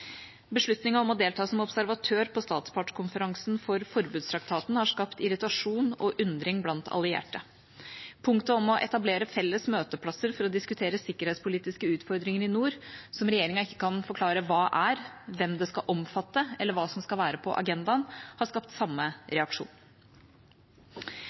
om å delta som observatør på statspartskonferansen for Forbudstraktaten har skapt irritasjon og undring blant allierte. Punktet om å etablere felles møteplasser for å diskutere sikkerhetspolitiske utfordringer i nord, som regjeringa ikke kan forklare hva er, hvem det skal omfatte, eller hva som skal være på agendaen, har skapt samme